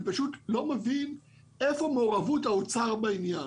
פשוט לא מבין איפה מעורבות האוצר בעניין.